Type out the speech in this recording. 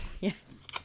yes